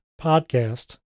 podcast